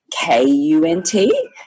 k-u-n-t